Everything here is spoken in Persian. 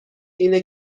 اینه